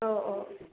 औ औ